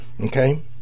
okay